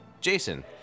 Jason